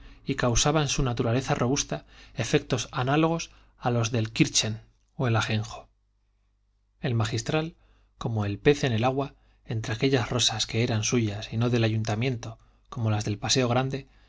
y causaba en su naturaleza robusta efectos análogos a los del kirschen o del ajenjo el magistral como el pez en el agua entre aquellas rosas que eran suyas y no del ayuntamiento como las del paseo grande